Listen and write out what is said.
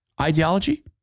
ideology